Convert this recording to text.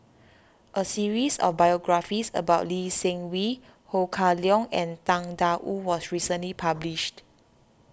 a series of biographies about Lee Seng Wee Ho Kah Leong and Tang Da Wu was recently published